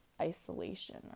isolation